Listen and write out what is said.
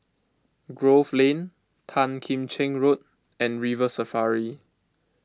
Grove Lane Tan Kim Cheng Road and River Safari